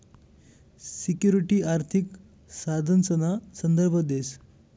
security आर्थिक साधनसना संदर्भ देस